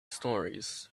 stories